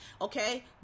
okay